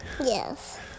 Yes